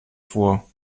vor